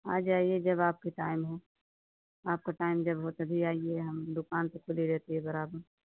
आ जाइए जब आपको टाइम हो आपको टाइम जब हो तभी आइए हम दुकान तो खुली रहती है बराबर